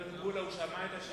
חבר הכנסת מולה, הוא שמע את השאלה.